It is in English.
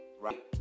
Right